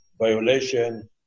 violation